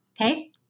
okay